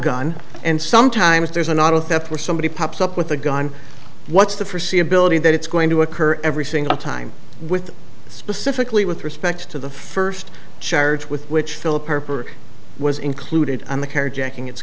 gun and sometimes there's an auto theft where somebody pops up with a gun what's the forsee ability that it's going to occur every single time with specifically with respect to the first charge with which philip perper was included in the care jacking it's